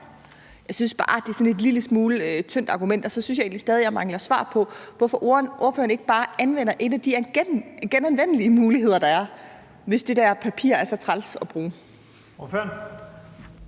Jeg synes bare, argumentet er en lille smule tyndt, og så synes jeg egentlig stadig, jeg mangler svar på, hvorfor ordføreren ikke bare anvender en af de genanvendelige muligheder, der er, hvis det der papir er så træls at bruge. Kl.